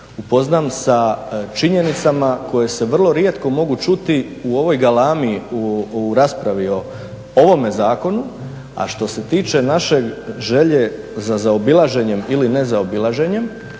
upoznam sa činjenicama koje se vrlo rijetko mogu čuti u ovoj galami u raspravi o ovome zakonu. A što se tiče naše želje za zaobilaženjem ili ne zaobilaženjem